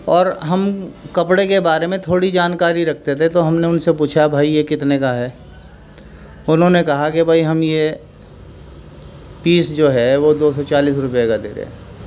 اور ہم کپڑے کے بارے میں تھوڑی جانکاری رکھتے تھے تو ہم نے ان سے پوچھا بھائی یہ کتنے کا ہے انہوں نے کہا کہ بھائی ہم یہ پیس جو ہے وہ دو سو چالیس روپے کا دے رہے ہیں